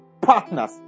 partners